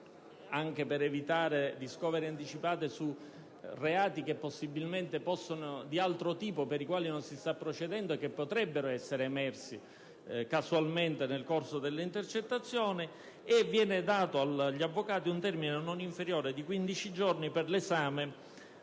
anche per evitare *discovery* anticipate per reati di altro tipo per i quali non si sta procedendo e che potrebbero essere emersi casualmente nel corso delle intercettazioni. Viene dato agli avvocati un termine non inferiore a 15 giorni per l'esame,